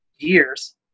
years